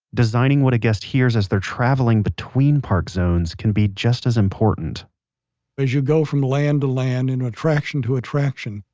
designing what a guest hears as they're traveling between park zones can be just as important as you go from land to land, and attraction to attraction,